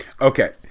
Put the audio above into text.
Okay